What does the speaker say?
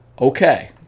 okay